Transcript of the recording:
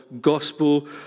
gospel